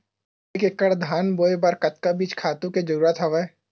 एक एकड़ धान बोय बर कतका बीज खातु के जरूरत हवय?